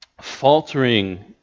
faltering